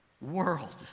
world